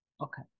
Okay